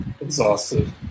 exhausted